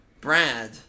Brad